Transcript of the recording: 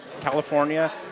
California